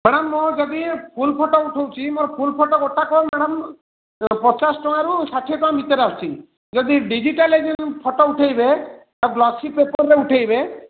madam ମୁଁ ଯଦି full photo ଉଠାଉଛି ମୋର ଫୁଲ୍ ଫଟୋ ଗୋଟାକ ମ୍ୟାଡ଼ାମ୍ ପଚାଶ ଟଙ୍କାରୁ ଷାଠିଏ ଟଙ୍କା ଭିତରେ ଆସୁଛି ଯଦି ଡିଜିଟାଲ୍ରେ ଫଟୋ ଉଠେଇବେ ବା ଗ୍ଲସି ପେପର୍ରେ ଉଠେଇବେ